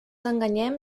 enganyem